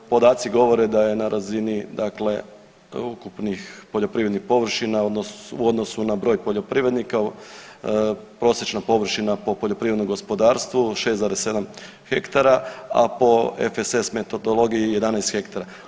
Podaci govore da je na razini ukupnih poljoprivrednih površina u odnosu na broj poljoprivrednika prosječna površina po poljoprivrednom gospodarstvu 6,7 hektara, a po … metodologiji 11 hektara.